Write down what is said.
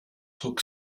hook